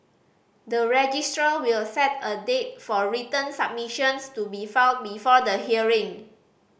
the registrar will set a date for written submissions to be filed before the hearing